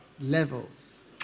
levels